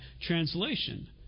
translation